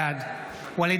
בעד ואליד